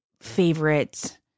favorite